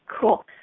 Cool